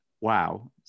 wow